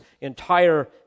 entire